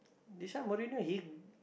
this one more renew he